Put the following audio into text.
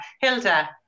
Hilda